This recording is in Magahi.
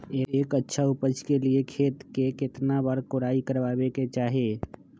एक अच्छा उपज के लिए खेत के केतना बार कओराई करबआबे के चाहि?